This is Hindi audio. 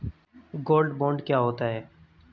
गोल्ड बॉन्ड क्या होता है?